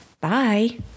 bye